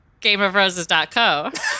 Gameofroses.co